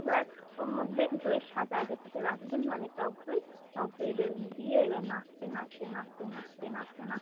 এবার ওর মধ্যে দইয়ের সাজা আগে থেকে রাখবেন মানে টক দই টক দই দেবেন দিয়ে এবার নাড়তে নাড়তে নাড়তে নাড়তে নাড়তে নাড়তে